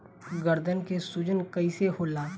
गर्दन के सूजन कईसे होला?